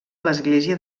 l’església